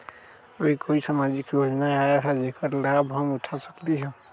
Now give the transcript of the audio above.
अभी कोई सामाजिक योजना आयल है जेकर लाभ हम उठा सकली ह?